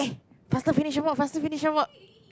faster finish your work faster finish your work